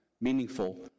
meaningful